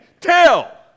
tell